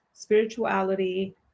spirituality